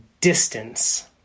distance